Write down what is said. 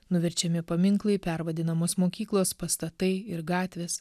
nuverčiami paminklai pervadinamos mokyklos pastatai ir gatvės